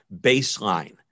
baseline